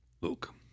Luke